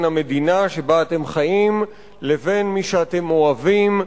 המדינה שאתם חיים בה ובין מי שאתם אוהבים,